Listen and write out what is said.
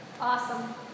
Awesome